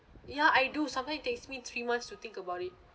ya I do sometime takes me three months to think about it